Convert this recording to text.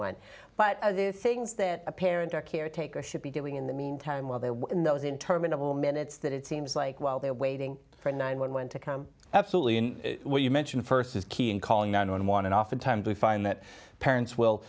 one but things that a parent or caretaker should be doing in the meantime while they were in those interminable minutes that it seems like while they're waiting for a nine one one to come absolutely in what you mention first is key in calling nine one one and oftentimes we find that parents will